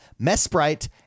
Mesprite